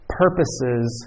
purposes